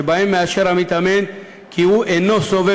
שבהם מאשר המתאמן כי הוא אינו סובל